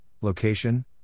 location